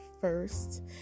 first